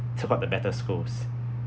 up the better schools